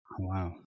Wow